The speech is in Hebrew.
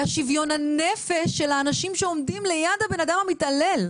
שוויון הנפש של אנשים שעומדים ליד הבן אדם המתעלל.